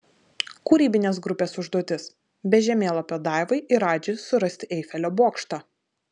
kūrybinės grupės užduotis be žemėlapio daivai ir radži surasti eifelio bokštą